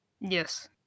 Yes